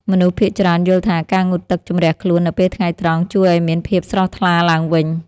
មនុស្សភាគច្រើនយល់ថា ការងូតទឹកជម្រះខ្លួននៅពេលថ្ងៃត្រង់ ជួយឱ្យមានភាពស្រស់ថ្លាឡើងវិញ។